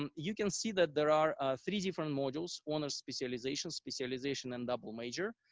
um you can see that there are three different modules on a specialization, specialization and double major,